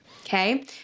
Okay